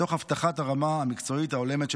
תוך הבטחת הרמה המקצועית ההולמת של